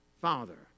Father